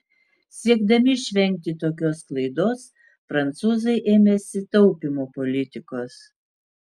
siekdami išvengti tokios klaidos prancūzai ėmėsi taupymo politikos